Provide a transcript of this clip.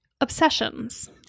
obsessions